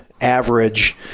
average